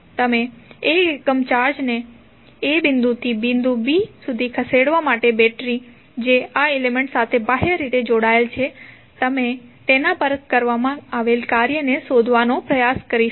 તમે 1 એકમ ચાર્જને a બિંદુથી બિંદુ b સુધી ખસેડવા માટે બેટરી જે આ એલિમેન્ટ સાથે બાહ્ય રીતે જોડાયેલ છે તમે તેના પર કરવામાં આવેલ કાર્ય ને શોધવા માટે પ્રયત્ન કરશો